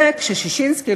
וכשששינסקי,